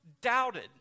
doubted